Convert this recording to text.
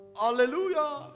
hallelujah